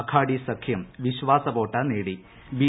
അഘാടി സഖ്യം വിശ്വാസവോട്ട് നേടി ബി